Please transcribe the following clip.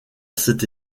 cette